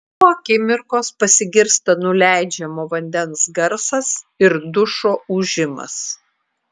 po akimirkos pasigirsta nuleidžiamo vandens garsas ir dušo ūžimas